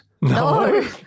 No